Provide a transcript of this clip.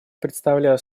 предоставляю